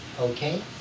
okay